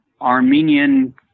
Armenian